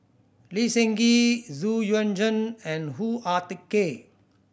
Lee Seng Gee Xu Yuan Zhen and Hoo Ah Kay